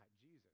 Jesus